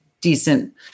decent